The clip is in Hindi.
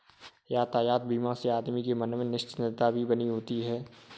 यातायात बीमा से आदमी के मन में निश्चिंतता भी बनी होती है